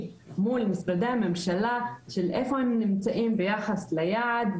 מול משרדי הממשלה של איפה הם נמצאים ביחס ליעד,